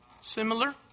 Similar